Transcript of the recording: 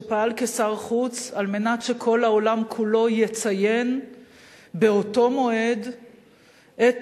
שפעל כשר חוץ על מנת שכל העולם כולו יציין באותו מועד את